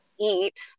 eat